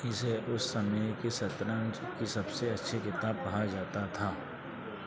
इसे उस समय की शतरंज की सबसे अच्छी किताब कहा जाता था